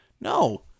No